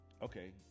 Okay